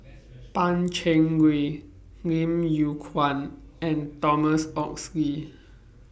Pan Cheng Lui Lim Yew Kuan and Thomas Oxley